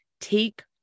take